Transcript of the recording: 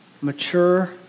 mature